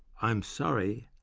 i'm sorry,